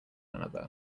another